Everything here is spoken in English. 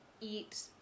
eat